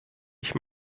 ich